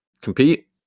compete